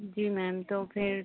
जी ma'am तो फिर